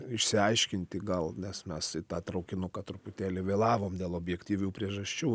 išsiaiškinti gal nes mes į tą traukinuką truputėlį vėlavom dėl objektyvių priežasčių